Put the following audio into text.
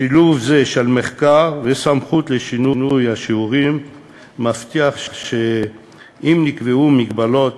שילוב זה של מחקר וסמכות לשינוי השיעורים מבטיח שאם נקבעו הגבלות